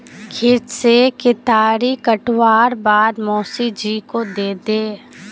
खेत से केतारी काटवार बाद मोसी जी को दे दे